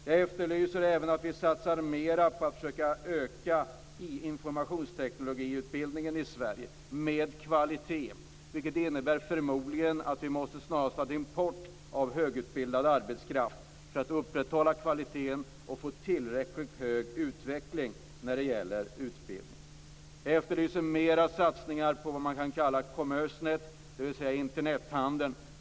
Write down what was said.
Jag efterlyser också en större satsning på en ökning av kvaliteten på informationsteknikutbildningen i Sverige, vilket förmodligen innebär att vi snarast måste importera högutbildad arbetskraft för att upprätthålla kvaliteten och för att få en tillräckligt stark utveckling när det gäller utbildning. Jag efterlyser en större satsning på det som man kallar för Commerce net, dvs. Internethandeln.